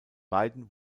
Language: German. beiden